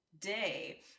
day